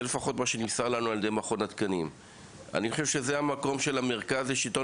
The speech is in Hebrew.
אני חושב שזהו המקום של המרכז לשלטון